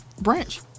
Branch